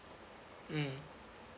mm